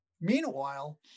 Meanwhile